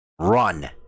run